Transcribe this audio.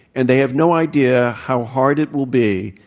and they have no idea how hard it will be,